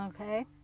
okay